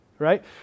right